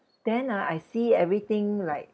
then ah I see everything like